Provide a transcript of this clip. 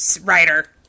writer